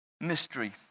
mystery